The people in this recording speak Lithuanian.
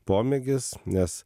pomėgis nes